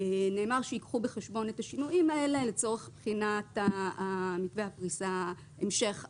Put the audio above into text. נאמר שייקחו בחשבון את השינויים האלה לצורך בחינת המשך הפריסה.